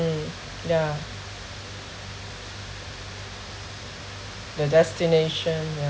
ya the destination yeah